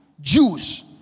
Jews